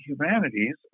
humanities